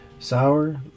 Sour